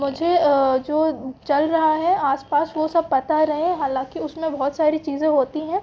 मुझे जो चल रहा है आस पास वो सब पता रहे हालाँकि उसमें बहुत सारी चीज़ें होती हैं